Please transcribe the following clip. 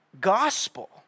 gospel